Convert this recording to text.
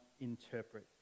interpret